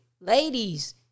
Ladies